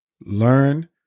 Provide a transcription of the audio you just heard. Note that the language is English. Learn